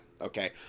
Okay